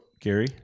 Gary